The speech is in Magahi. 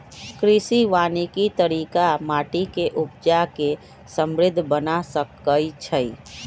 कृषि वानिकी तरिका माटि के उपजा के समृद्ध बना सकइछइ